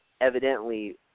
evidently